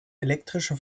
elektrische